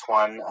one